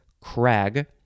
crag